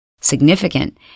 significant